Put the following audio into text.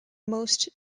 most